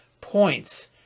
points